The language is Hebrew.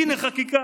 הינה חקיקה.